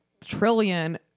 trillion